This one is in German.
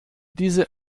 diese